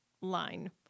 line